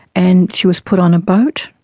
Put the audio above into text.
and she was put on a boat,